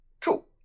Cool